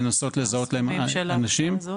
לנסות לזהות להם אנשים.